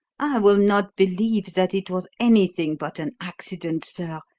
will not believe that it was anything but an accident, sir.